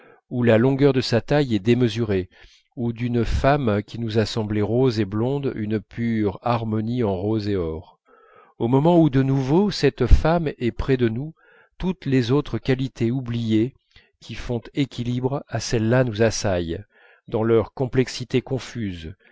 où la longueur de sa taille est démesurée ou d'une femme qui nous a semblé rose et blonde une pure harmonie en rose et or au moment où de nouveau cette femme est près de nous toutes les autres qualités oubliées qui font équilibre à celle-là nous assaillent dans leur complexité confuse